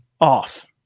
off